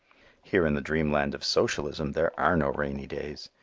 here in the dreamland of socialism there are no rainy days.